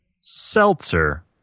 seltzer